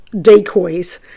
decoys